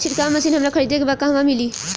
छिरकाव मशिन हमरा खरीदे के बा कहवा मिली?